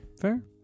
fair